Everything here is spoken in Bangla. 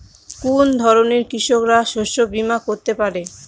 কোন ধরনের কৃষকরা শস্য বীমা করতে পারে?